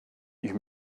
you